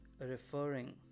referring